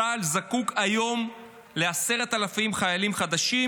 צה"ל זקוק היום ל-10,000 חיילים חדשים,